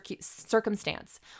circumstance